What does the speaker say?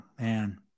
man